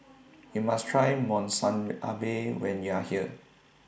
YOU must Try Monsunabe when YOU Are here